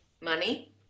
money